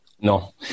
No